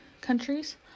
countries